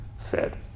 fed